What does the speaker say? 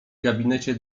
gabinecie